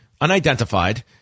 unidentified